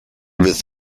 with